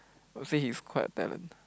I will say he's quite a talent